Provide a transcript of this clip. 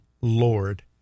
Lord